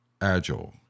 agile